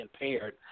impaired